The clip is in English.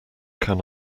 can